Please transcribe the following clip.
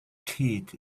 teeth